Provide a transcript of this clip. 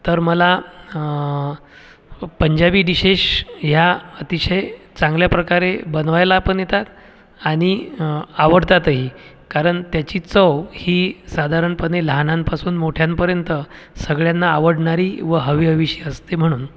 तर मला पंजाबी डिशेश ह्या अतिशय चांगल्या प्रकारे बनवायला पण येतात आणि आवडतातही कारण त्याची चव ही साधारणपणे लहानांपासून मोठ्यांपर्यंत सगळ्यांना आवडणारी व हवीहवीशी असते म्हणून